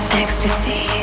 ecstasy